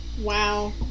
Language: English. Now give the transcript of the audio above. Wow